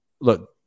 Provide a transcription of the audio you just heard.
look